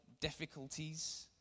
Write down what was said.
difficulties